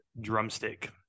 drumstick